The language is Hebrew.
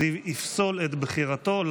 זה יפסול את בחירתו.